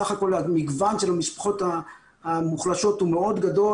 בסך הכל המגוון של המשפחות המוחלשות הוא מאוד גדול